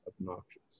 obnoxious